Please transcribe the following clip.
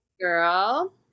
Girl